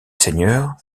seigneurs